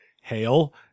hail